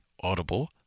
Audible